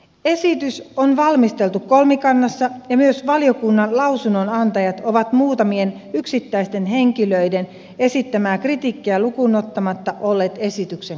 esitys on valmisteltu kolmikannassa ja myös valiokunnan lausunnonantajat ovat muutamien yksittäisten henkilöiden esittämää kritiikkiä lukuun ottamatta olleet esityksen kannalla